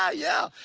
yeah yeah!